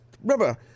Remember